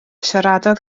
siaradodd